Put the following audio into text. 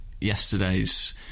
yesterday's